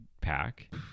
pack